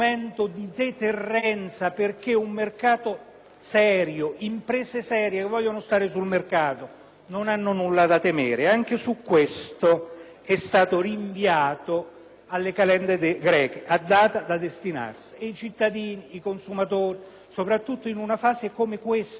le imprese serie che vogliono stare sul mercato non hanno nulla da temere. Anche questo è stato rinviato alle calende greche, a data da destinarsi e i cittadini, i consumatori, soprattutto in una fase come questa, di grave difficoltà economica,